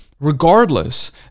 regardless